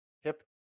Hip